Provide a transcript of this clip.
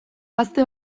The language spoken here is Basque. gazte